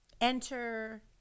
enter